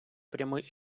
прямий